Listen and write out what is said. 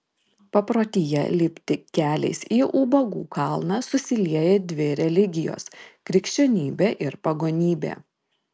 paprotyje lipti keliais į ubagų kalną susilieja dvi religijos krikščionybė ir pagonybė